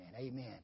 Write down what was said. amen